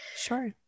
sure